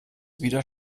wieder